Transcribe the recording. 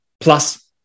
plus